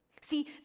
See